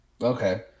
Okay